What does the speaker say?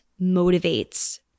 motivates